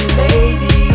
lady